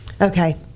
okay